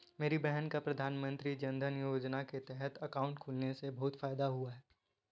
मेरी बहन का प्रधानमंत्री जनधन योजना के तहत अकाउंट खुलने से बहुत फायदा हुआ है